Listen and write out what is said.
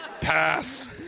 Pass